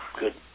good